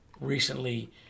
recently